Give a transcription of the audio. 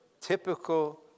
typical